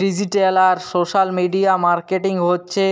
digital আর social media marketing হছে